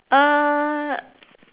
uh